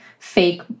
Fake